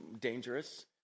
dangerous